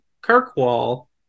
Kirkwall